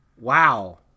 wow